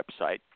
website